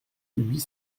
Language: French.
huit